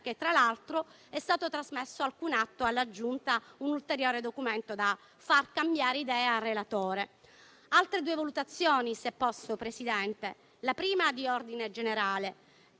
che tra l'altro sia stato trasmesso alcun atto alla Giunta o un ulteriore documento da far cambiare idea al relatore? Altre due valutazioni, se posso, Presidente, desidero svolgere.